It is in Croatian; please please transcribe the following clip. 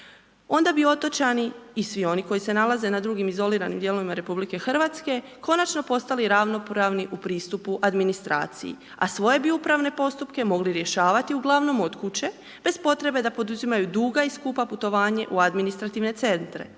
mnogi bi otočani posebni oni koji se nalaze na izoliranijim otocima ili dijelovima otoka, konačno postali ravnopravni građani naše zemlje u pristupu administraciji a svoje bi uprave postupke mogli rješavati uglavnom od kuće bez potrebe da poduzimaju duga i skupa putovanja u administrativne centre.